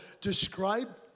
describe